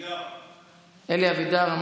אלי אבידר.